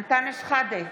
אנטאנס שחאדה,